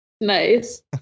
Nice